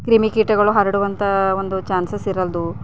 ಕ್ರಿಮಿಕೀಟಗಳು ಹರಡುವಂತಹ ಒಂದು ಚಾನ್ಸಸ್ಸಿರಲ್ದು